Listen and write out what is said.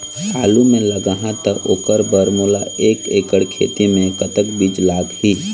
आलू मे लगाहा त ओकर बर मोला एक एकड़ खेत मे कतक बीज लाग ही?